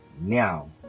now